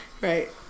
Right